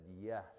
yes